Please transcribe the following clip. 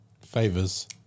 favors